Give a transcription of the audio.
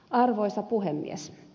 arvoisa puhemies